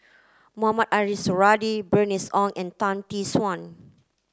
Mohamed Ariff Suradi Bernice Ong and Tan Tee Suan